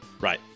Right